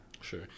Sure